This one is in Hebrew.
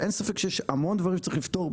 עכשיו, אין ספק שיש המון דברים שצריך לפתור בגז.